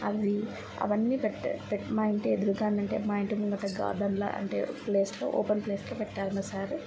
అవి అవన్నీ పెట్ పెట్టే మా ఇంటి ఎదురుగానే అంటే మా ఇంటి ముంగట గార్డెన్లా అంటే ప్లేస్లో ఓపెన్ ప్లేస్లో పెట్టారు మా సార్